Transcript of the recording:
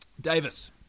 Davis